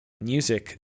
music